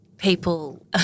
People